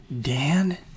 Dan